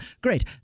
Great